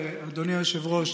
אדוני היושב-ראש,